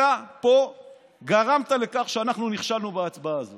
אתה פה גרמת לכך שאנחנו נכשלנו בהצבעה הזאת.